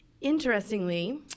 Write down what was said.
Interestingly